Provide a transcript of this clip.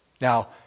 Now